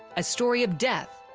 a story of death.